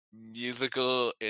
musical